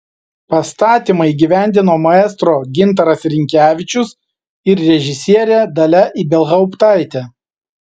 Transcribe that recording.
pastatymą įgyvendino maestro gintaras rinkevičius ir režisierė dalia ibelhauptaitė